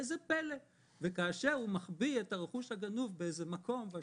כאשר הוא מחביא את הרכוש הגנוב במקום כלשהו